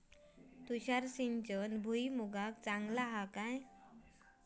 तुषार सिंचन भुईमुगाक चांगला हा काय?